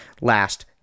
last